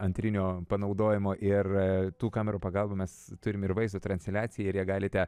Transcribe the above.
antrinio panaudojimo ir tų kamerų pagalba mes turime ir vaizdo transliaciją ir ją galite